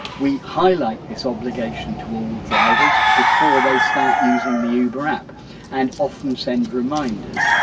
we highlight this obligation to all drivers before they start using the uber app and often send reminders.